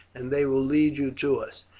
and they will lead you to us.